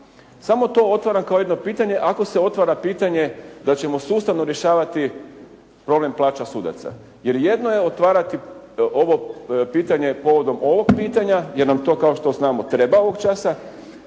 Samo to otvaram kao jedno pitanje ako se otvara pitanje da ćemo sustavno rješavati problem plaća sudaca. Jer jedno je otvarati ovo pitanje povodom ovog pitanja jer nam to kao što znamo treba ovog časa,